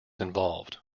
involved